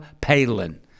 Palin